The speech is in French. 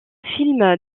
film